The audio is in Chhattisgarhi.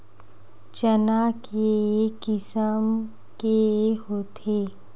चना के किसम के होथे?